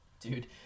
Dude